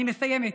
אני מסיימת.